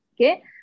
Okay